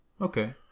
Okay